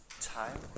time